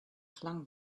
flung